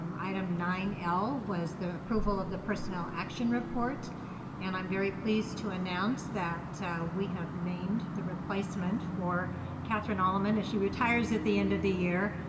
um item nine l, was the approval of the personnel action report and i'm very pleased to announce that we have named the replacement for kathryn allaman as she retires at the end of the year.